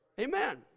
amen